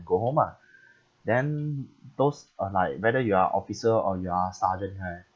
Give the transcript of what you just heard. go home ah then those uh like whether you are officer or you are sergeant right